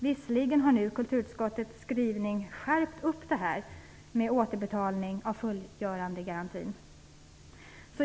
Visserligen har nu kulturutskottets skrivning skärpt upp detta med återbetalning av fullgörandegarantin.